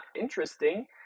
interesting